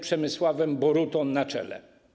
Przemysławem Borutą na czele.